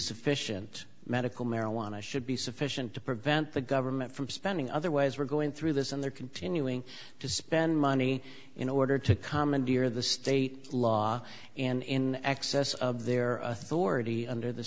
sufficient medical marijuana should be sufficient to prevent the government from spending otherwise we're going through this and they're continuing to spend money in order to commandeer the state law and in excess of their authority under the